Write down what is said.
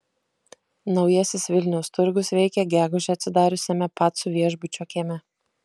naujasis vilniaus turgus veikia gegužę atsidariusiame pacų viešbučio kieme